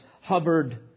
hovered